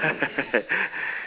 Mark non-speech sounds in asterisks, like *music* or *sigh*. *laughs*